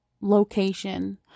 location